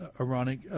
ironic